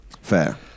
fair